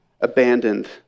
abandoned